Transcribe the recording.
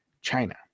China